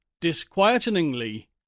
disquietingly